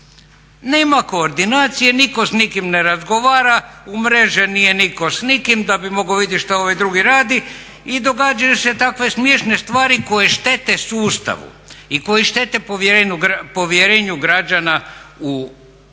Nema koordinacije, nitko s nikim ne razgovara, umrežen nije nitko s nikim da bi mogao vidjeti šta ovaj drugi radi i događaju se takve smiješne stvari koje štete sustavu i koje štete povjerenju građana u